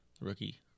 Rookie